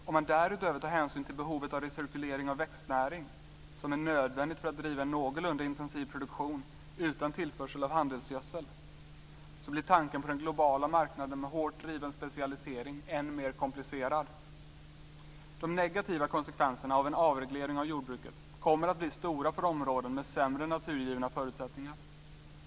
Om man därutöver tar hänsyn till behovet av recirkulering av växtnäring som är nödvändig för att driva en någorlunda intensiv produktion utan tillförsel av handelsgödsel, blir tanken på den globala marknaden med hårt driven specialisering än mer komplicerad. De negativa konsekvenserna av en avreglering av jordbruket kommer att bli stora för områden med sämre naturgivna förutsättningar.